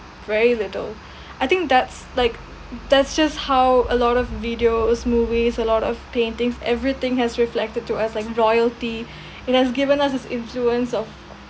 very little I think that's like that's just how a lot of videos movies a lot of paintings everything has reflected to us like royalty it has given us its influence of